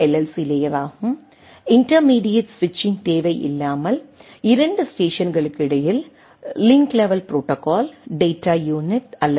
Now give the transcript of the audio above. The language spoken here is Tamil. சி லேயராகும் இன்டெர்மீடியட் ஸ்விட்சிங் தேவை இல்லாமல் 2 ஸ்டேஷன்களுக்கு இடையில் link level protocol data unit அல்லது பி